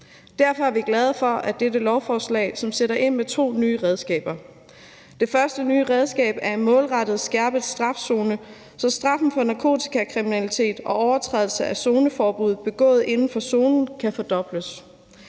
Derfor er vi glade for dette lovforslag, som sætter ind med to nye redskaber: Det første nye redskab er en målrettet skærpet strafzone, så straffen for narkotikakriminalitet og overtrædelse af zoneforbuddet begået inden for zonen kan fordobles.